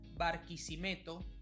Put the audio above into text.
Barquisimeto